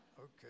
Okay